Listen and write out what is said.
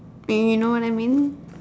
you know what I mean